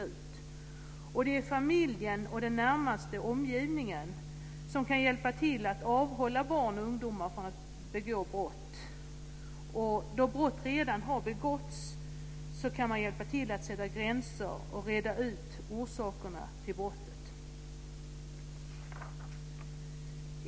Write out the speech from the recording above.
Det är familjen och den närmaste omgivningen som kan hjälpa till att avhålla barn och ungdomar från att begå brott, och då brott redan har begåtts kan man hjälpa till att sätta gränser och reda ut orsakerna till brottet.